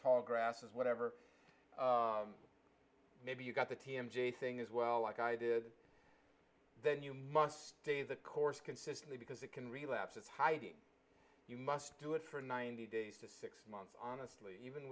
tall grasses whatever maybe you got the t m j thing as well like i did then you must stay the course consistently because it can relapse its hiding you must do it for ninety days to six months honestly